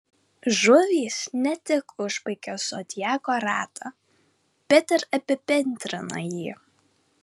žuvys ne tik užbaigia zodiako ratą bet ir apibendrina jį